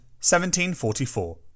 1744